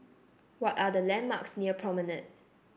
what are the landmarks near Promenade